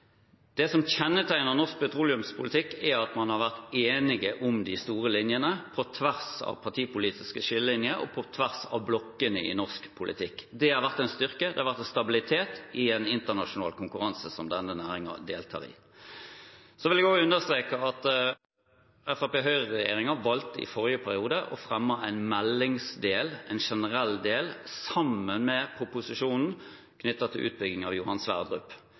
Det som kjennetegner norsk petroleumspolitikk, er at man har vært enig om de store linjene, på tvers av partipolitiske skillelinjer og på tvers av blokkene i norsk politikk. Det har vært en styrke. Det har vært en stabilitet i den internasjonale konkurransen som denne næringen deltar i. Jeg vil også understreke at Fremskrittsparti–Høyre-regjeringen i forrige periode valgte å fremme en meldingsdel, en generell del, sammen med proposisjonen knyttet til utbygging av Johan Sverdrup.